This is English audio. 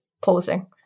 pausing